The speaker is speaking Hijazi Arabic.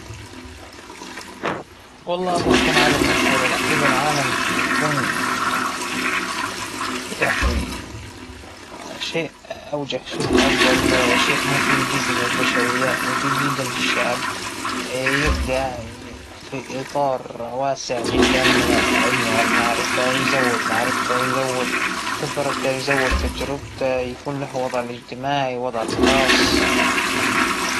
أكيد راح أختار أكون عالمة مشهورة، مو فنانة مشهورة، لأنه ترى التاريخ راح يتذكر العلماء دائًما بأحسن صورة، مهما كان إكتشافهم مهما كان وش وش ت- وش أبتكروا، وش أخترعوا، دايماً التاريخ يذكر العلماء بأحسن صورة، أما الفنانين لهم ما لهم وعليهم ما عليهم.